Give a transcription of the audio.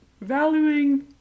valuing